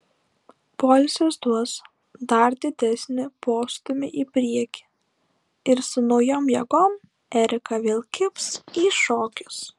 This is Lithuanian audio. poilsis duos dar didesnį postūmį į priekį ir su naujom jėgom erika vėl kibs į šokius